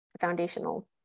foundational